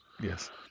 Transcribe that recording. Yes